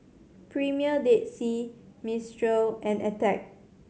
Premier Dead Sea Mistral and Attack